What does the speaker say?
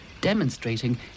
demonstrating